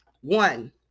One